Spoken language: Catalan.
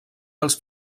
dels